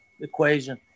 equation